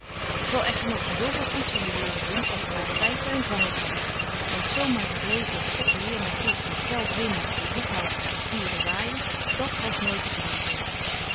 ik zal echter nog z veel goeds in de waereld doen als ik maar grypen en vangen kan want zo maar het leven dat god de heer my geeft met geld winnen en boekhouden te verpierewaaijen dat was nooit te verantwoorden